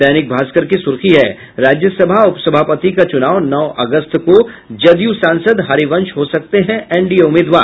दैनिक भास्कर की सुर्खी है राज्यसभा उपसभापति का चुनाव नौ अगस्त को जदयू सांसद हरिवंश हो सकते हैं एनडीए उम्मीदवार